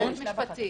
יועץ משפטי.